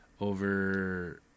over